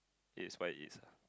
it is what it is ah